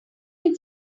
him